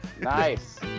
nice